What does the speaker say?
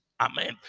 Amen